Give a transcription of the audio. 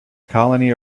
colony